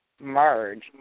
merge